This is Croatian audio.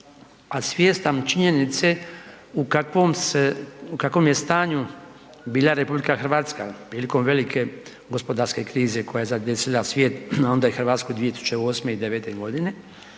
a svjestan činjenice u kakvom se, u kakvom je stanju bila Republika Hrvatska prilikom velike gospodarske krize koja je zadesila svijet, a onda i Hrvatsku 2008.-e i 2009.-te godine,